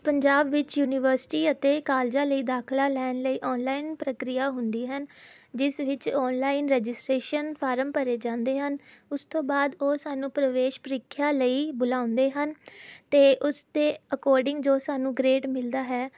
ਪੰਜਾਬ ਵਿੱਚ ਯੂਨੀਵਰਸਿਟੀ ਅਤੇ ਕਾਲਜਾਂ ਲਈ ਦਾਖਲਾ ਲੈਣ ਲਈ ਓਨਲਾਈਨ ਪ੍ਰਕਿਰਿਆ ਹੁੰਦੀ ਹਨ ਜਿਸ ਵਿੱਚ ਓਨਲਾਈਨ ਰਜਿਸਟ੍ਰੇਸ਼ਨ ਫਾਰਮ ਭਰੇ ਜਾਂਦੇ ਹਨ ਉਸ ਤੋਂ ਬਾਅਦ ਉਹ ਸਾਨੂੰ ਪਰਵੇਸ਼ ਪ੍ਰੀਖਿਆ ਲਈ ਬੁਲਾਉਂਦੇ ਹਨ ਅਤੇ ਉਸ ਦੇ ਅਕੋਡਿੰਗ ਜੋ ਸਾਨੂੰ ਗਰੇਡ ਮਿਲਦਾ ਹੈ